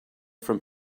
from